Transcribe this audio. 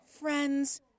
friends